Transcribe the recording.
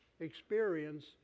experience